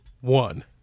one